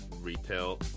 retail